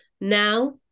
now